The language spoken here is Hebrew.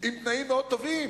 עם תנאים מאוד טובים,